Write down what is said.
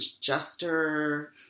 Jester